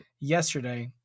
yesterday